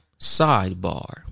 sidebar